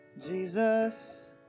Jesus